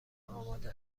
آماده